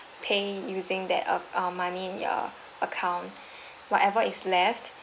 pay using that uh uh money in your account whatever is left